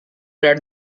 read